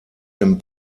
dem